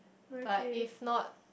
but if not